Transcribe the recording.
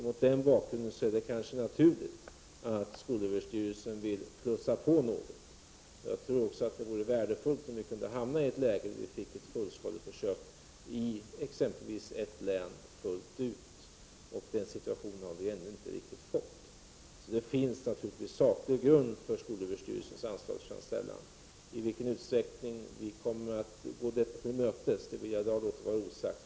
Mot den bakgrunden är det naturligt att skolöverstyrelsen vill plussa på något. Jag tror också att det vore värdefullt om vi kunde hamna i ett läge där vi fick ett fullskaleförsök i ett län. Den situationen har vi ännu inte riktigt fått. Det finns saklig grund för skolöverstyrelsens anslagsframställan. I vilken utsträckning regeringen kommer att gå denna framställan till mötes låter jag vara osagt.